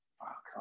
fuck